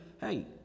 hey